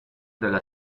della